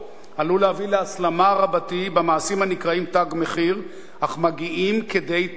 עלול להביא להסלמה רבתי במעשים הנקראים 'תג מחיר' אך מגיעים כדי טרור.